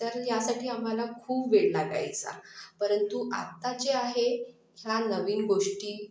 तर यासाठी आम्हाला खूप वेळ लागायचा परंतु आता जे आहे ह्या नवीन गोष्टी